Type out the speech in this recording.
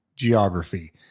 geography